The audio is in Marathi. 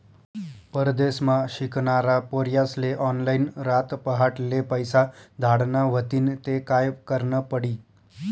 परदेसमा शिकनारा पोर्यास्ले ऑनलाईन रातपहाटले पैसा धाडना व्हतीन ते काय करनं पडी